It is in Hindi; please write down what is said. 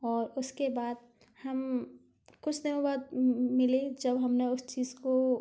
और उसके बाद हम कुछ दिनों बाद मिले जब हमने उस चीज को